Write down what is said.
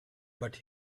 but